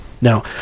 Now